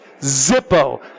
Zippo